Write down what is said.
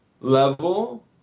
level